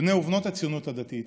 בני ובנות הציונות הדתית